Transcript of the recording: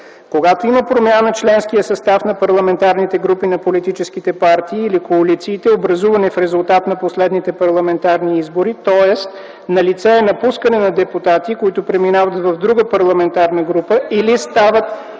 „Когато има промяна в членския състав на парламентарните групи на политическите партии или коалициите, образувани в резултат на последните парламентарни избори, тоест налице е напускане на депутати, които преминават в друга парламентарна група (Реплика